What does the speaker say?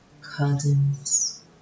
cousins